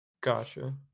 Gotcha